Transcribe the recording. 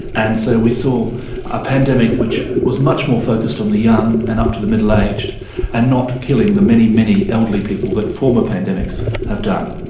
and so we saw a pandemic which was a much more focused on the young and up to the middle-aged and not killing the many, many elderly people that former pandemics have done.